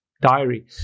diary